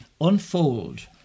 unfold